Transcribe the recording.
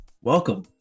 Welcome